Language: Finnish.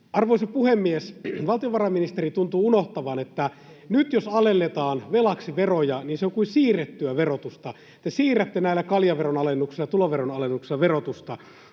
Arvoisa puhemies! Valtiovarainministeri tuntuu unohtavan, että nyt jos alennetaan velaksi veroja, niin se on kuin siirrettyä verotusta. Te siirrätte näillä kaljaveron alennuksella ja tuloveron alennuksella verotusta.